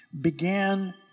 began